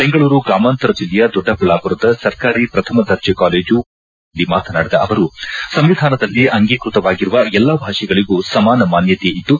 ಬೆಂಗಳೂರು ಗ್ರಾಮಾಂತರ ಜಿಲ್ಲೆಯ ದೊಡ್ಡಬಳ್ಳಾಪುರದ ಸರ್ಕಾರಿ ಪ್ರಥಮ ದರ್ಜೆ ಕಾಲೇಜು ವಾರ್ಷಿಕೋತ್ಸವ ಸಮಾರಂಭದಲ್ಲಿ ಮಾತನಾಡಿದ ಅವರು ಸಂವಿಧಾನದಲ್ಲಿ ಅಂಗೀಕೃತವಾಗಿರುವ ಎಲ್ಲಾ ಭಾಷೆಗಳಗೂ ಸಮಾನ ಮಾನ್ಯತೆ ಇದ್ದು